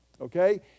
Okay